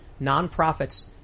nonprofits